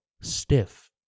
stiff